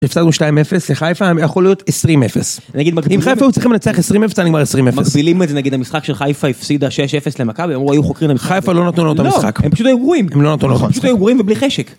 הפסדנו 2-0 לחיפה, היה יכול להיות 20-0. אם חיפה הוא צריכים לנצח 20-0, היה נגמר 20-0. מקבילים את זה, נגיד, למשחק של חיפה הפסידה 6-0 למכבי, והם אמרו, היו חוקרים... חיפה לא נתנו לנו את המשחק. לא, הם פשוט גרועים. הם לא נתנו לנו את המשחק. הם פשוט גרועים ובלי חשק.